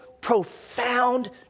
profound